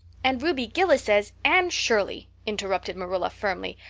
and ruby gillis says anne shirley, interrupted marilla firmly,